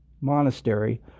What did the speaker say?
monastery